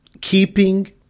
keeping